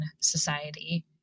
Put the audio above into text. society